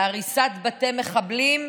בהריסת בתי מחבלים,